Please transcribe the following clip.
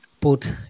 Put